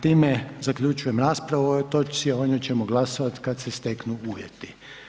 Time zaključujem raspravu o ovoj točci a o njoj ćemo glasovati kad se steknu uvjeti.